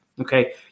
Okay